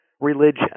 religion